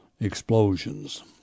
explosions